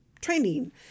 training